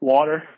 Water